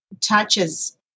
touches